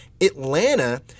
Atlanta